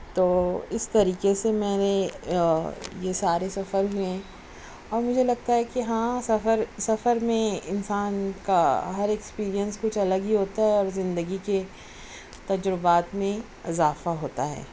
تو اس طریقے سے میں نے یہ سارے سفر میں اور مجھے لگتا ہے کہ ہاں سفر سفر میں انسان کا ہر ایکسپیریئنس کچھ الگ ہوتا ہے اور زندگی کے تجربات میں اضافہ ہوتا ہے